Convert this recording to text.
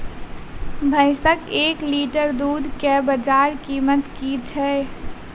भैंसक एक लीटर दुध केँ बजार कीमत की छै?